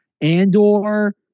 Andor